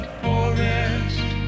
forest